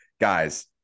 Guys